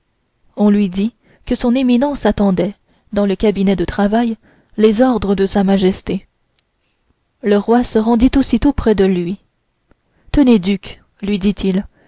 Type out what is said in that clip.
on lui dit que son éminence attendait dans le cabinet de travail les ordres de sa majesté le roi se rendit aussitôt près de lui tenez duc lui dit-il